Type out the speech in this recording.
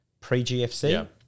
pre-GFC